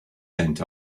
sent